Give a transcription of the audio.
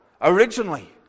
originally